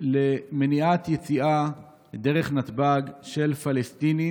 למניעת יציאה דרך נתב"ג של פלסטינים